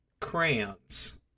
crayons